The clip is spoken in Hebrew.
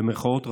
רעים במירכאות,